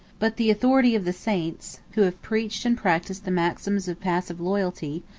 but the authority of the saints, who have preached and practised the maxims of passive loyalty,